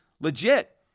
legit